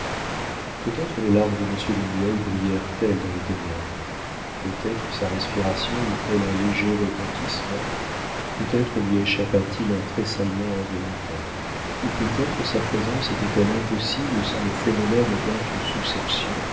peut-être les larmes de monsieur de nueil brillèrent elles dans les ténèbres peut-être sa respiration eut-elle un léger retentissement peut-être lui échappa t il un tressaillement involontaire ou peut-être sa présence était-elle impossible sans le phénomène